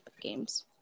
Games